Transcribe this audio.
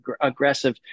aggressive